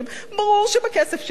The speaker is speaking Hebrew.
ברור שבכסף של העניים,